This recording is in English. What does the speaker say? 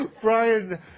Brian